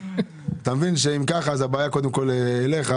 אתה מבין שאם ככה הבעיה היא קודם כול שלך.